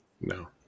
No